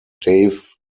dave